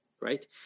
right